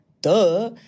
Duh